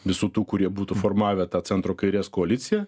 visų tų kurie būtų formavę tą centro kairės koaliciją